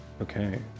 Okay